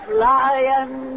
Flying